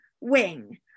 wing